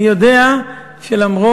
אני יודע שלמרות